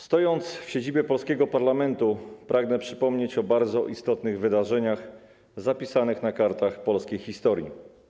Stojąc w siedzibie polskiego parlamentu, pragnę przypomnieć o bardzo istotnych wydarzeniach zapisanych na kartach polskiej historii.